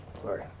Sorry